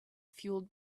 fueled